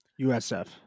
USF